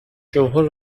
جمهور